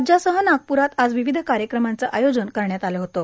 राज्यासह नागप्रात आज विविध कार्यक्रमांचं आयोजन करण्यात आलं होतं